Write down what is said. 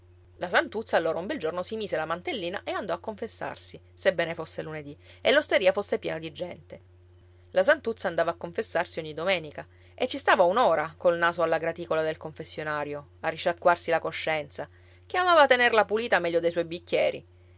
la santuzza allora un bel giorno si mise la mantellina e andò a confessarsi sebbene fosse lunedì e l'osteria fosse piena di gente la santuzza andava a confessarsi ogni domenica e ci stava un'ora col naso alla graticola del confessionario a risciacquarsi la coscienza che amava tenerla pulita meglio dei suoi bicchieri